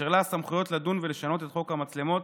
אשר לה הסמכויות לדון ולשנות את חוק המצלמות